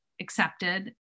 accepted